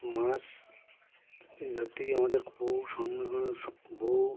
মাছ ধরতে গিয়ে আমাদের